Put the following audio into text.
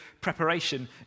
preparation